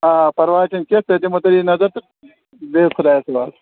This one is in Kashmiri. آ پرواے چھُنہٕ کیٚنٛہہ تۄہہِ دِمہو تٔتی نظر تہٕ بِہِو خۅدایَس حوال